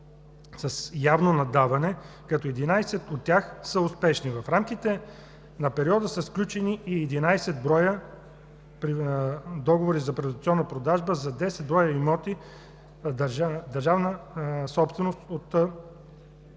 с явно наддаване, като 11 от тях са успешни. В рамките на периода са сключени и 11 броя договори за приватизационна продажба за 10 броя имоти държавна собственост от